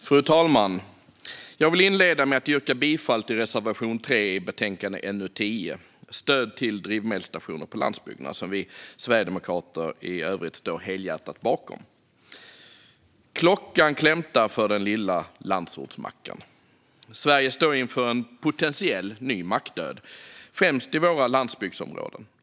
Fru talman! Jag vill inleda med att yrka bifall till reservation 3 i betänkande NU10 Stöd till drivmedelsstationer på landsbygderna , som vi sverigedemokrater i övrigt står helhjärtat bakom. Klockan klämtar för den lilla landsortsmacken. Sverige står inför en potentiell ny mackdöd, främst i våra landsbygdsområden.